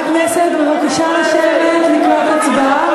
חברי הכנסת, בבקשה לשבת לקראת ההצבעה.